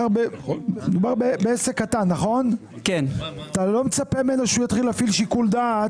אתה לא מצפה ממנו שהוא יתחיל להפעיל שיקול דעת.